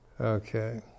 Okay